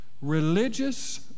religious